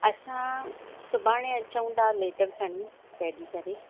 असां सुभाणे अचूं था लेटर खणी रैडी करे